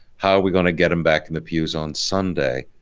how are we gonna get them back in the pews on sunday.